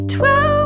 Twelve